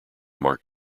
mark